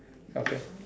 okay